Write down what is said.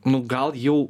nu gal jau